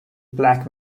black